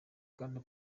bwana